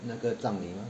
那个葬礼 lor